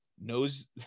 knows